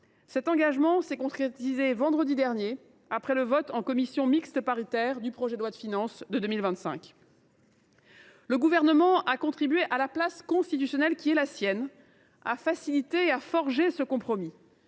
Cet engagement s’est concrétisé vendredi dernier, après le vote en commission mixte paritaire du projet de loi de finances pour 2025. Le Gouvernement a contribué, à la place constitutionnelle qui est la sienne, à faciliter et à forger ce compromis.